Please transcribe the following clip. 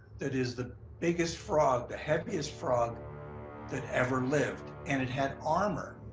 that is the biggest frog, the heaviest frog that ever lived. and it had armor,